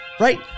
right